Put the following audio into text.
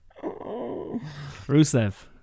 Rusev